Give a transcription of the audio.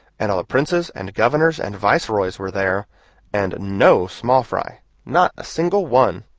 and all the princes and governors and viceroys, were there and no small fry not a single one.